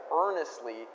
earnestly